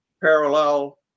parallel